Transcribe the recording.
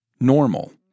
normal